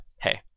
hey